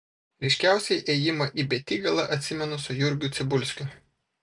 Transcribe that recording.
ryškiausiai ėjimą į betygalą atsimenu su jurgiu cibulskiu